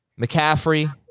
McCaffrey